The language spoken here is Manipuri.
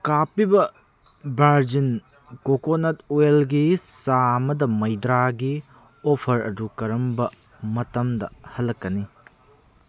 ꯀꯥꯞꯄꯤꯕ ꯕꯥꯔꯖꯤꯟ ꯀꯣꯀꯣꯅꯠ ꯑꯣꯏꯜꯒꯤ ꯆꯥ ꯑꯃꯗ ꯃꯩꯗ꯭ꯔꯥꯒꯤ ꯑꯣꯐꯔ ꯑꯗꯨ ꯀꯔꯝꯕ ꯃꯇꯝꯗ ꯍꯜꯂꯛꯀꯅꯤ